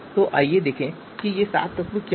तो आइए देखें कि ये सात तत्व क्या हैं